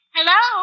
Hello